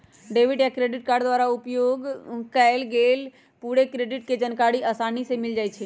debit आ credit card द्वारा उपयोग कएल गेल पूरे क्रेडिट के जानकारी असानी से मिल जाइ छइ